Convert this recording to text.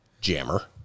Jammer